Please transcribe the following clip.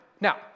now